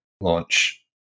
launch